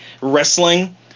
wrestling